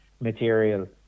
material